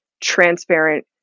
transparent